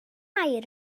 mair